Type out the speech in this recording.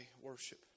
worship